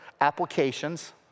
applications